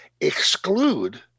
exclude